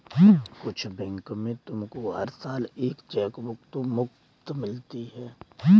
कुछ बैंक में तुमको हर साल एक चेकबुक तो मुफ़्त मिलती है